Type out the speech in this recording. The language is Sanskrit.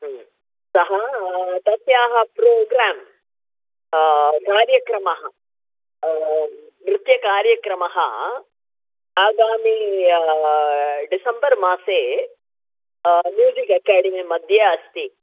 सः तस्याः प्रोग्राम् कार्यक्रमः नृत्यकार्यक्रमः आगामि डिसेम्बर् मासे म्यूसिक् अकाडेमि मध्ये अस्ति